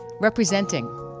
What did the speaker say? representing